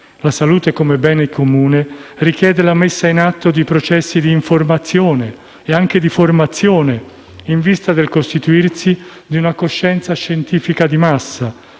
La salute come bene comune richiede la messa in atto di processi di informazione e anche di formazione, in vista del costituirsi di una coscienza scientifica di massa